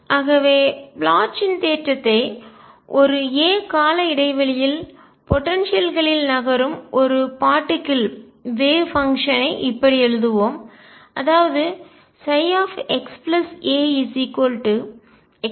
ஆகவே ப்ளாச்சின் தேற்றத்தை ஒரு a கால இடைவெளியில் போடன்சியல் ஆற்றல் களில் நகரும் ஒரு பார்ட்டிக்கல் துகள் வேவ் பங்ஷன் அலை செயல்பாடு இப்படி எழுதுவோம் அதாவது xaeikaψ